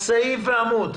סעיף ועמוד.